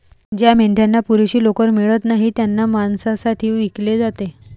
ज्या मेंढ्यांना पुरेशी लोकर मिळत नाही त्यांना मांसासाठी विकले जाते